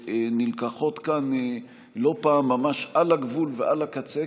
שנלקחות כאן לא פעם ממש על הגבול ועל הקצה,